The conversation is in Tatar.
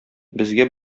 безгә